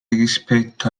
rispetto